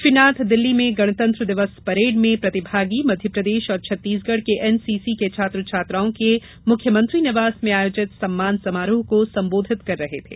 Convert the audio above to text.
श्री नाथ दिल्ली में गणतंत्र दिवस परेड में प्रतिभागी मध्यप्रदेश और छत्तीसगढ़ के एनसीसी के छात्र छात्राओं के मुख्यमंत्री निवास में आयोजित सम्मान समारोह को संबोधित कर रहे थे